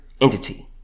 entity